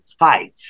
hi